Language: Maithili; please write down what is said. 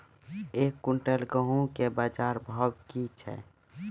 एक क्विंटल गेहूँ के बाजार भाव की छ?